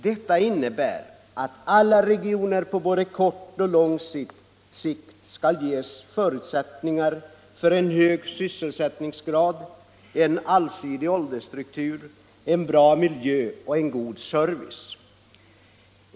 Detta innebär att alla regioner på både kort och lång sikt skall ges förutsättningar för en hög sysselsättningsgrad, en allsidig åldersstruktur, en bra miljö och en god service.